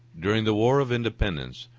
during the war of independence,